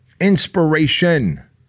inspiration